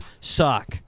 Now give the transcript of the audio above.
suck